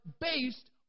based